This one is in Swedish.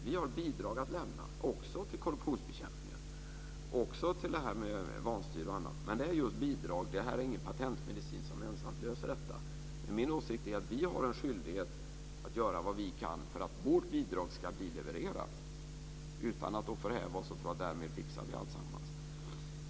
Vi har bidrag att lämna också till korruptionsbekämpningen, också till vanstyre och annat. Det är just bidrag, ingen patentmedicin som ensam löser detta. Min åsikt är att vi har en skyldighet att göra vad vi kan för att vårt bidrag ska bli levererat utan att för det tro att vi därmed fixar alltsammans.